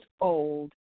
old